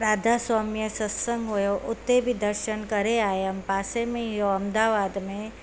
राधा स्वामीअ जो सत्संग हुयो उते बि दर्शन करे आयमि पासे में ई हुयो अहमदाबाद में